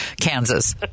Kansas